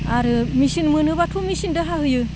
आरो मेचिन मोनोब्लाथ' मेचिनदो हाहोयो